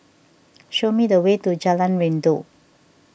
show me the way to Jalan Rindu